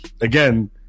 again